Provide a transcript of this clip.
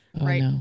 right